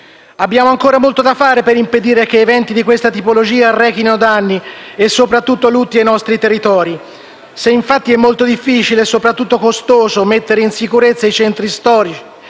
Abbiamo ancora molto da fare per impedire che eventi di questa tipologia arrechino danni e, soprattutto, lutti ai nostri territori. È molto difficile e, soprattutto, costoso mettere in sicurezza i centri storici.